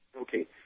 Okay